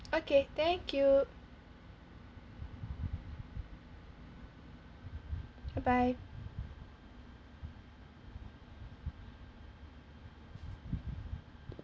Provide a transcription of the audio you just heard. okay thank you bye bye